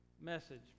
message